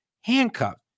handcuffed